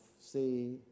say